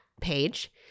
page